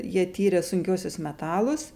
jie tyrė sunkiuosius metalus